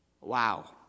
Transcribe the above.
Wow